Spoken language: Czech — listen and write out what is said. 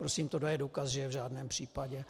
Prosím, tohle je důkaz, že v žádném případě.